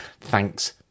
thanks